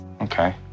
Okay